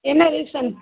என்ன ரீசன்